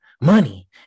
money